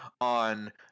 on